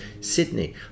Sydney